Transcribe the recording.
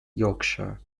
yorkshire